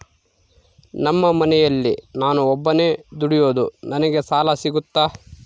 ನಮ್ಮ ಮನೆಯಲ್ಲಿ ನಾನು ಒಬ್ಬನೇ ದುಡಿಯೋದು ನನಗೆ ಸಾಲ ಸಿಗುತ್ತಾ?